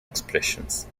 expressions